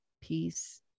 peace